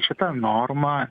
šita norma